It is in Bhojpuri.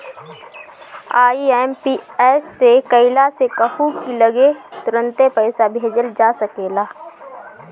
आई.एम.पी.एस से कइला से कहू की लगे तुरंते पईसा भेजल जा सकेला